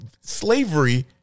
slavery